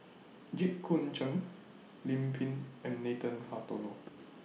Jit Koon Ch'ng Lim Pin and Nathan Hartono